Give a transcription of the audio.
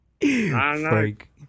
Frank